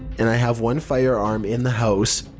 and i have one firearm in the house,